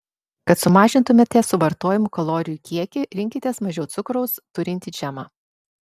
kad sumažintumėte suvartojamų kalorijų kiekį rinkitės mažiau cukraus turintį džemą